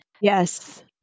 Yes